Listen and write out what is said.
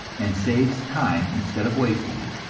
and saves time instead of wasting it.